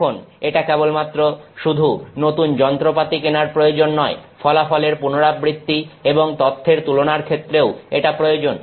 এখন এটা কেবলমাত্র শুধু নতুন যন্ত্রপাতি কেনার প্রয়োজন নয় ফলাফলের পুনরাবৃত্তি এবং তথ্যের তুলনার ক্ষেত্রেও এটা প্রয়োজন